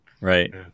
Right